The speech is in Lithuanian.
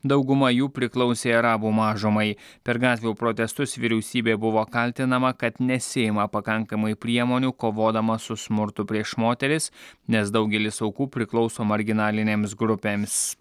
dauguma jų priklausė arabų mažumai per gatvių protestus vyriausybė buvo kaltinama kad nesiima pakankamai priemonių kovodama su smurtu prieš moteris nes daugelis aukų priklauso marginalinėms grupėms